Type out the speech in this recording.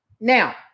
Now